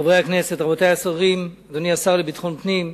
חברי הכנסת, רבותי השרים, אדוני השר לביטחון פנים,